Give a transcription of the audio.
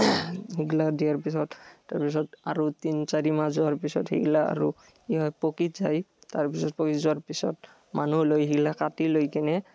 সেইগিলা দিয়াৰ পিছত তাৰপিছত আৰু তিনি চাৰিমাহ যোৱাৰ পিছত সেইগিলা আৰু কি হয় পকি যায় তাৰপিছত পকি যোৱাৰ পিছত মানুহ লৈ সেইগিলা কাটি লৈ কিনে